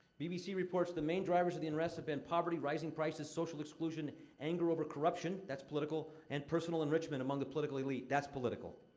b b c. reports that the main drivers of the unrest have been poverty, rising prices, social exclusion, anger over corruption that's political and personal enrichment among the political elite that's political.